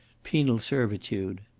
penal servitude.